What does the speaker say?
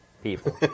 People